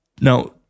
Now